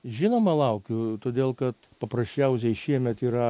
žinoma laukiu todėl kad paprasčiausiai šiemet yra